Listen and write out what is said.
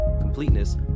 completeness